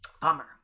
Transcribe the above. Bummer